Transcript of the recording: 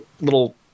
little